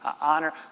honor